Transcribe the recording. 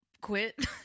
quit